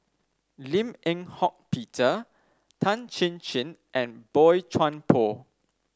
Lim Eng Hock Peter Tan Chin Chin and Boey Chuan Poh